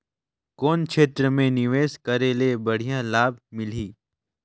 कौन क्षेत्र मे निवेश करे ले बढ़िया लाभ मिलही?